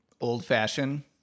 old-fashioned